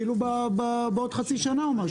עוד חצי שנה או משהו.